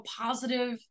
positive